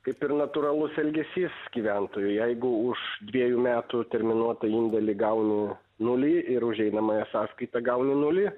kaip ir natūralus elgesys gyventojų jeigu už dviejų metų terminuotą indėlį gauni nulį ir už einamąją sąskaitą gauni nulį